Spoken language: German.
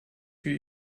für